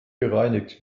gereinigt